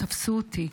תפסו אותי".